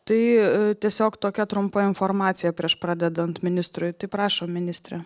tai tiesiog tokia trumpa informacija prieš pradedant ministrui tai prašom ministre